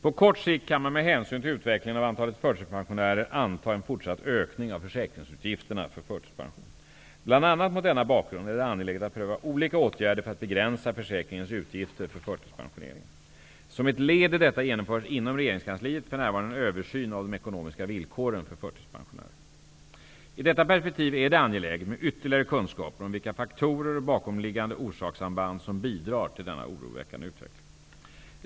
På kort sikt kan man med hänsyn till utvecklingen av antalet förtidspensionärer anta en fortsatt ökning av försäkringsutgifterna för förtidspension. Bl.a. mot denna bakgrund är det angeläget att pröva olika åtgärder för att begränsa försäkringens utgifter för förtidspensioneringen. Som ett led i detta genomförs inom regeringskansliet för närvarande en översyn av de ekonomiska villkoren för förtidspensionärerna. I detta perspektiv är det angeläget med ytterligare kunskaper om vilka faktorer och bakomliggande orsakssamband som bidrar till denna oroväckande utveckling.